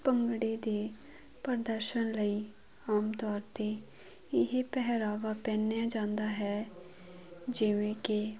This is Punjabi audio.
ਭੰਗੜੇ ਦੇ ਪ੍ਰਦਰਸ਼ਨ ਲਈ ਆਮ ਤੌਰ 'ਤੇ ਇਹ ਪਹਿਰਾਵਾ ਪਹਿਨਿਆ ਜਾਂਦਾ ਹੈ ਜਿਵੇਂ ਕਿ